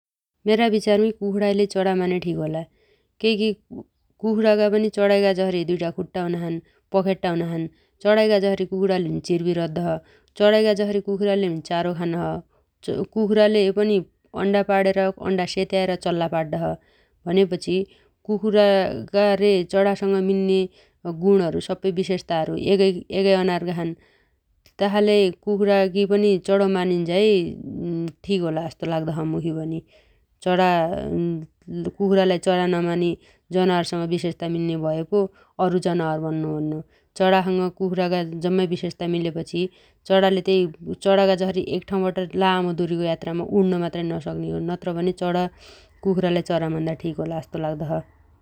मेरा विचारमी कुखुणाइ लै चणाा मान्या ठिक होला । केइकी कुखुणाागा पनि चणाइगा जसरी दुइटा खुट्टा हुनाछन्, पखेटा हुनाछन् । चणाइगा जसरी कुखुणाले लै चिरबिर अद्दाछन्, चणााइगा जसरी कुकुराले नी चारो खानोछ । कुखुणाले पनी अण्डा पाणेर, अण्डा सेत्याएर चल्ला पाड्डोछ । भनेपछि कुखुरागा रे चणासँग मिल्ने गुणहरू सप्पै विशेषताहरू एगै-एगाइ अनारगा छन् । तासाइले कुखुणागी पनि चणो मानिन्झाइ ठिक होला जसो लाउदोछ मुखी पनि । चणाा कुखुणाालाइ चणा नमानी जनावरसँग विशेषता मिल्ले भएपो अरु जनावर मान्नु भन्नु । चणासँग कुखुणागा जम्माइ विशेषता मिलेपछि चणााले तेइ चणाागा जसरी एकठाउबाट लामो दुरीमा मात्र उड्न नसौते हो । नत्रभने चणा कुखुणालाइ चणा मान्दा ठिक होला जसो लाउदो छ ।